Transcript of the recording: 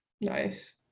nice